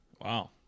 Wow